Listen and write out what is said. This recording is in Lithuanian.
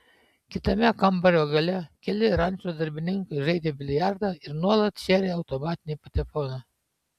kitame kambario gale keli rančos darbininkai žaidė biliardą ir nuolat šėrė automatinį patefoną